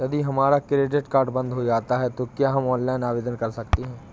यदि हमारा credit card बंद हो जाता है तो क्या हम ऑनलाइन आवेदन कर सकते हैं?